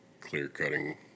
clear-cutting